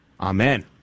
Amen